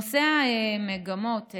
נושא המגמות,